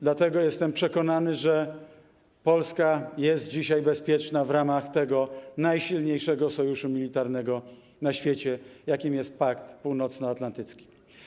Dlatego jestem przekonany, że Polska jest dzisiaj bezpieczna w ramach tego najsilniejszego sojuszu militarnego na świecie, jakim jest Pakt Północnoatlantycki.